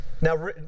Now